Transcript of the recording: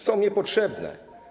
Są niepotrzebne.